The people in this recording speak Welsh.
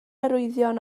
arwyddion